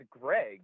Greg